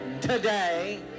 today